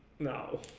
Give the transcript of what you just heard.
no